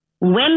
Women